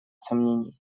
сомнений